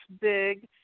big